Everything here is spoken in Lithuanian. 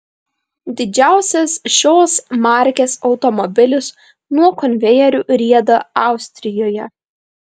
didžiausias šios markės automobilis nuo konvejerių rieda austrijoje